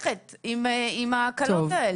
לאן נרחיק לכת עם ההקלות האלה?